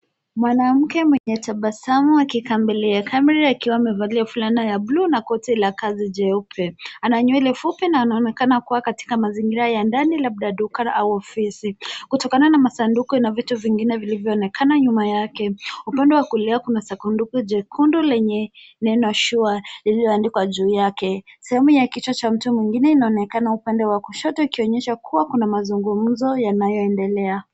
Mwanamke mwenye tabasamu akikaa mbele ya kamera akiwa amevaa fulana ya blue na koti la kazi jeupe. ana nywele fupi na anaonekana kuwa katika mazingira ya ndani labda duka au ofisi. Kutokana na masanduku na vitu vingine vilivyoonekana nyuma yake. Upande wa kulia kuna anduku jekundu lenye neno sure lililoandikwa juu yake. Sehemu nyingine ya kichwa cha mtu mwengine inaonekana upande wa kushoto ikionyesha kuwa kuna mazingumzo yanayoendelea.